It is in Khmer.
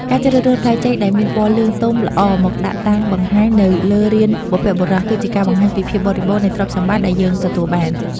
ការជ្រើសរើសផ្លែចេកដែលមានពណ៌លឿងទុំល្អមកដាក់តាំងបង្ហាញនៅលើរានបុព្វបុរស គឺជាការបង្ហាញពីភាពបរិបូរណ៍នៃទ្រព្យសម្បត្តិដែលយើងទទួលបាន។